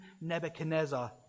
Nebuchadnezzar